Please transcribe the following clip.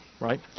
right